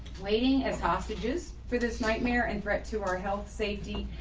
waiting as hostages for this nightmare and threat to our health safety,